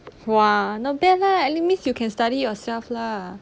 !wah! not bad lah like that means you can study yourself lah